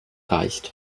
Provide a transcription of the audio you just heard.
reicht